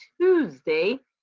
Tuesday